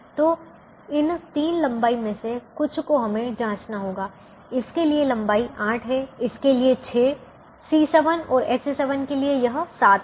तो इन तीन लंबाई में से कुछ को हमें जांचना होगा इसके लिए लंबाई 8 हैं इसके लिए 6 C7 और H7 के लिए यह 7 है